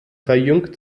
verjüngt